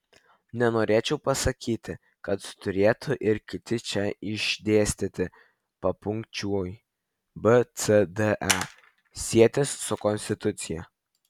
nenorėčiau pasakyti kad turėtų ir kiti čia išdėstyti papunkčiui b c d e sietis su konstitucija